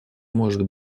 может